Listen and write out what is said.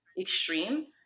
extreme